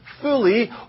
fully